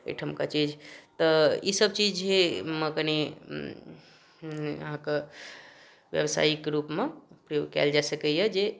एहिठामके चीज तऽ ईसब चीजमे कनि कनि अहाँके बेवसाइके रूपमे उपयोग कएल जा सकैए जे